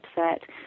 upset